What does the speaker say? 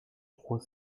trois